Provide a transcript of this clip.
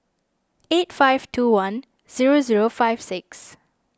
eight five two one zero zero five six